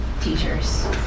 teachers